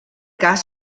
cas